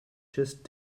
just